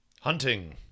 hunting